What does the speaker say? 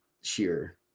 sheer